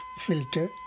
filter